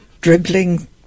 dribbling